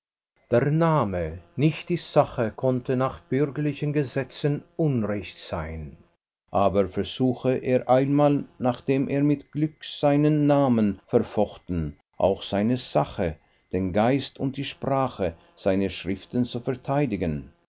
der name nicht die sache konnte nach bürgerlichen gesetzen unrecht sein aber versuche er einmal nachdem er mit glück seinen namen verfochten auch seine sache den geist und die sprache seiner schriften zu verteidigen